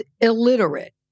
illiterate